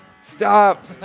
stop